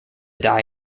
dye